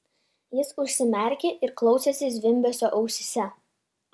jis užsimerkė ir klausėsi zvimbesio ausyse